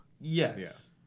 Yes